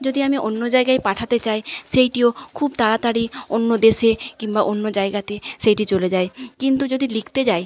যদি আমি অন্য জায়গায় পাঠাতে চাই সেইটিও খুব তাড়াতাড়ি অন্য দেশে কিম্বা অন্য জায়গাতে সেইটি চলে যায় কিন্তু যদি লিখতে যাই